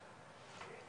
בבקשה.